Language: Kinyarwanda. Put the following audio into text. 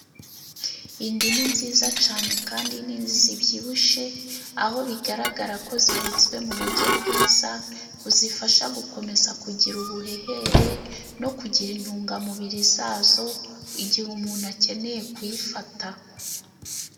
Indimu nziza cane kandi nini zibyibushye, aho bigaragara ko zibitswe mu buryo bwiza buzifasha gukomeza kugira ubuhehere no kugira intungamubiri zazo igihe umuntu akeneye kuyifata.